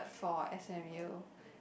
for S_M_U